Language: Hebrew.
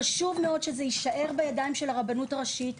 חשוב מאוד שזה יישאר בידיים של הרבנות הראשית,